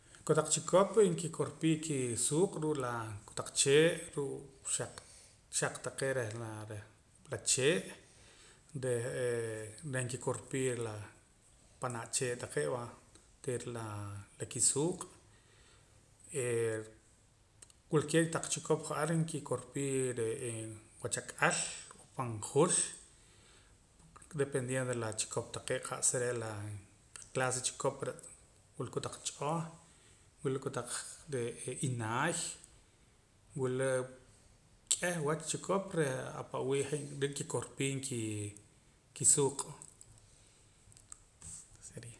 Kotaq chikop nkikor pii kisuuq' ruu' la kotaq chee' ruu' xaq xaq taqee' reh la chee' re'ee reh nkikorpii la panaa' chee' taqee' wa onteera la kisuuq' wilkee taq chikop ja'ar nkikorpii re'e wachak'al pan jul dependiendo la chikop taqee' qa'saa re' la clase chikop re' wila kotaq ch'oh wila kotaq inaay wula k'eh wach chikop reh apa'wii' je' re' nkikorpiim kii kisuuq'